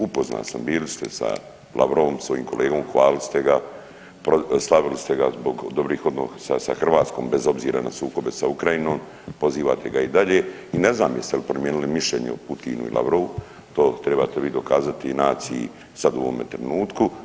Upoznat sam bili ste sa Lavrovom svojim kolegom, hvalili ste ga, slavili ste ga zbog dobrih odnosa sa Hrvatskom bez obzira na sukobe sa Ukrajinom, pozivate ga i dalje i ne znam jeste li promijenili mišljenje o Putinu i Lavrovu to trebate vi dokazati i naciji sad u ovome trenutku.